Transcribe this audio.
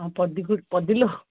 ହଁ ପଦିକୁ ପଦିଲୋ